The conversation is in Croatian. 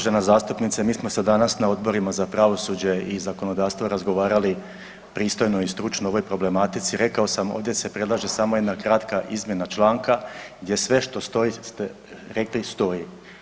Uvažena zastupnice, mi smo se danas na Odborima za pravosuđe i zakonodavstvo razgovarali pristojno i stručno o ovoj problematici, rekao sam ovdje se predlaže samo jedna kratka izmjena članka gdje sve što ste rekli stoji.